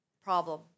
problem